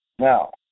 Now